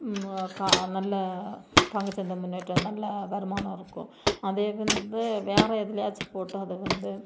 கா நல்ல பங்குச் சந்தை முன்னேற்றம் நல்ல வருமானம் இருக்கும் அதே வந்து வேற எதிலயாச்சும் போட்டால் அது வந்து